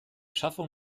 schaffung